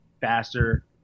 faster